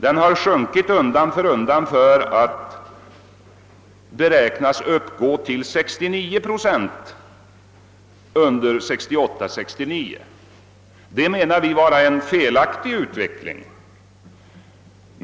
Den har undan för undan sjunkit för att under 1968/69 vara beräknad till 69 procent. Detta anser vi är en felaktig utveckling.